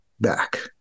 back